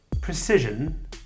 Precision